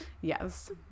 Yes